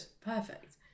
perfect